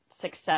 success